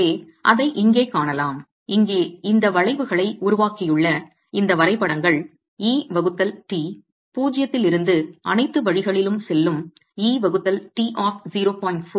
எனவே அதை இங்கே காணலாம் இங்கே இந்த வளைவுகளை உருவாக்கியுள்ள இந்த வரைபடங்கள் e வகுத்தல் t 0 வில் இருந்து அனைத்து வழிகளிலும் செல்லும் e வகுத்தல் t ஆப் 0